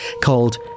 called